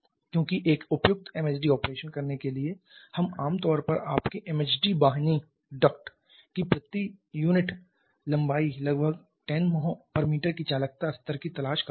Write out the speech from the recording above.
क्योंकि एक उपयुक्त MHD ऑपरेशन करने के लिए हम आम तौर पर आपके MHD वाहिनी की प्रति यूनिट लंबाई लगभग 10 mho m की चालकता स्तर की तलाश कर रहे हैं